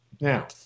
Now